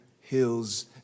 hills